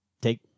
take